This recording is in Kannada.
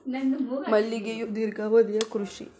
ಮಲ್ಲಿಗೆಯು ದೇರ್ಘಾವಧಿಯ ಕೃಷಿ